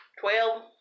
Twelve